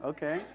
Okay